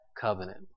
covenant